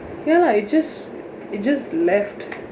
ya lah it just it just left